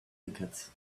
tickets